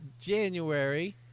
January